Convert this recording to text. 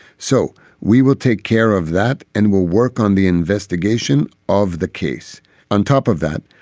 so we will take care of that and we'll work on the investigation of the case on top of that.